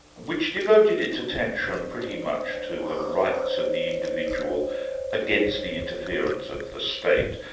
which devoted its attention pretty much to the rights of the individual against the interference of the state,